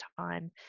time